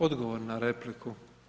Odgovor na repliku.